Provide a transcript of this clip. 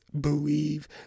believe